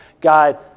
God